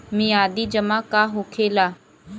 मियादी जमा का होखेला?